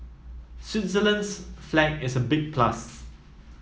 Switzerland's flag is a big plus